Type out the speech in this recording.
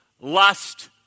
lust